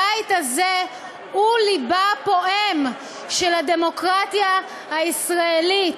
הבית הזה הוא לבה הפועם של הדמוקרטיה הישראלית.